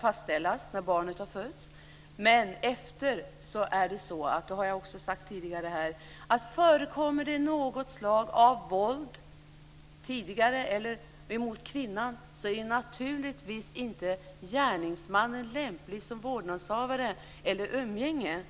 fastställas när barnet har fötts, men efteråt är det så, och det har jag också sagt tidigare här, att förekommer det någon form av våld, eller har gjort tidigare, mot kvinnan är naturligtvis inte gärningsmannen lämplig som vårdnadshavare eller för umgänge.